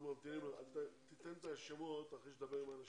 בהתאם לסעיף 109 לתקנון הכנסת,